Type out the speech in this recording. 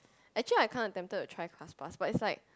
actually I kinda tempted to try class pass is like